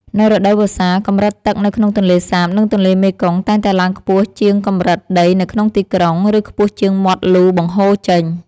នៅរដូវវស្សា កម្រិតទឹកនៅក្នុងទន្លេសាប និងទន្លេមេគង្គតែងតែឡើងខ្ពស់ជាងកម្រិតដីនៅក្នុងទីក្រុង ឬខ្ពស់ជាងមាត់លូបង្ហូរចេញ។